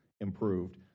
improved